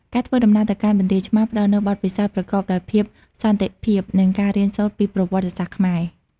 ការធ្វើដំណើរទៅកាន់បន្ទាយឆ្មារផ្តល់នូវបទពិសោធន៍ប្រកបដោយភាពសន្តិភាព និងការរៀនសូត្រពីប្រវត្តិសាស្ត្រខ្មែរ។